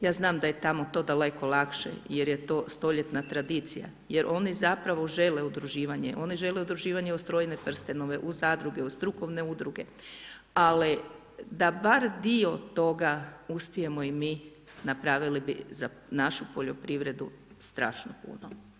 Ja znam da je tamo to daleko lakše jer je to stoljetna tradicija, jer oni zapravo žele udruživanje, oni žele udruživanje od strojne prstenove, u zadruge u strukturne udruge, ali, da bar dio toga uspijemo i mi, napravili bi za našu poljoprivredu strašno puno.